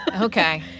Okay